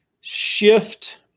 shift